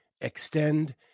extend